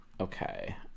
Okay